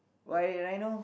why rhino